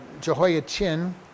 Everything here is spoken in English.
Jehoiachin